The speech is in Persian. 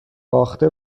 باخته